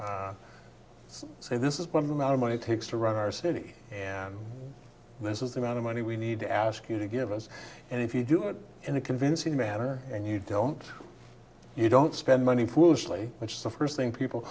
there say this is what amount of money takes to run our city this is the amount of money we need to ask you to give us and if you do it in a convincing manner and you don't you don't spend money foolishly which is the first thing people